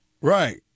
Right